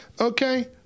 Okay